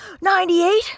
Ninety-eight